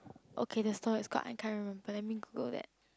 okay that store is called I can't remember let me Google that